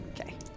Okay